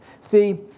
See